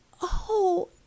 Oh